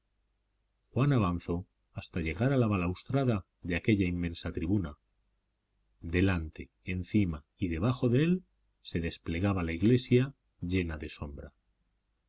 juan avanzó hasta llegar a la balaustrada de aquella inmensa tribuna delante encima y debajo de él se desplegaba la iglesia llena de sombra